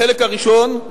החלק הראשון,